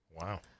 Wow